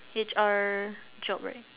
H_R job right